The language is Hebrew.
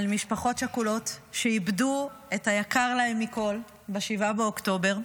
משפחות שכולות שאיבדו את היקר להן מכול ב-7 באוקטובר,